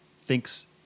thinks